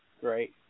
Great